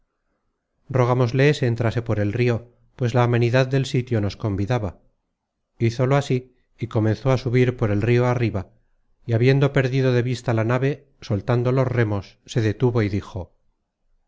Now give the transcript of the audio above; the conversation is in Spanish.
rogámosle se entrase por el rio pues la amenidad del sitio nos convidaba hízolo así y comenzó á subir por el rio arriba y habiendo perdido de vista la nave soltando los remos se detuvo y dijo